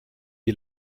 est